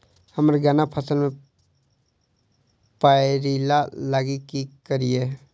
हम्मर गन्ना फसल मे पायरिल्ला लागि की करियै?